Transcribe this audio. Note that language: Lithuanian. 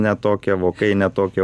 ne tokie vokai ne tokie